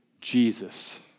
Jesus